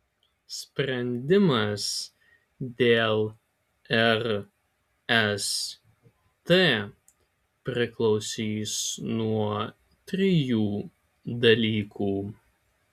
sprendimas dėl rst priklausys nuo trijų dalykų